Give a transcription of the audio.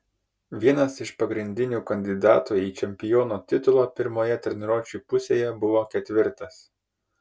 vienas iš pagrindinių kandidatų į čempiono titulą pirmoje treniruočių pusėje buvo ketvirtas